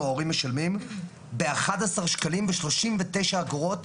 ההורים משלמים באחד עשר שקלים ושלושים ותשע אגורות